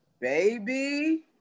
baby